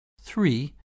three